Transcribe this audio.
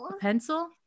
Pencil